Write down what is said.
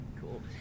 Cool